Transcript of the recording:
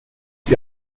die